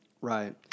Right